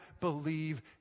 believe